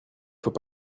faut